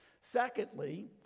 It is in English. Secondly